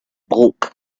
bulk